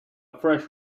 fresh